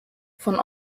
von